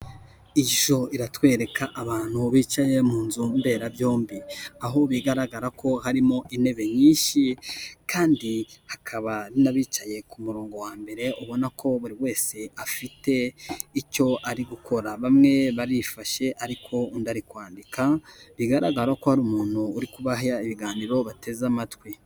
Ishusho iratwereka abantu bicaye mu nzu mberabyombi aho bigaragara ko harimo intebe nyinshi kandi hakaba n'abicaye ku murongo wa mbere ubona ko buri wese afite icyo ari gukora, bamwe barifashe ariko undi ari kwandika bigaragara ko ari umuntu uri kubaha ibiganiro bateze amatwi.